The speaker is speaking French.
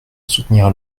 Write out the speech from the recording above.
soutenir